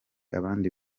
abandi